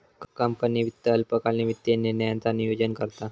company वित्त अल्पकालीन वित्तीय निर्णयांचा नोयोजन करता